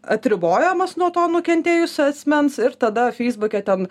atribojamas nuo to nukentėjusio asmens ir tada feisbuke ten